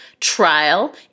trial